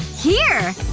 here!